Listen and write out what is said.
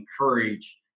encourage